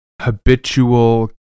habitual